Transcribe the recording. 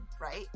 right